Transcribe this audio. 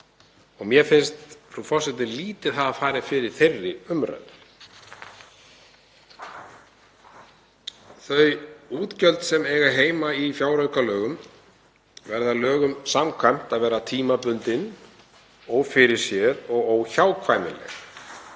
Mér finnst, frú forseti, lítið hafa farið fyrir þeirri umræðu. Þau útgjöld sem eiga heima í fjáraukalögum verða lögum samkvæmt að vera tímabundin, ófyrirséð og óhjákvæmileg.